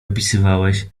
opisywałeś